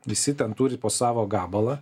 visi ten turi po savo gabalą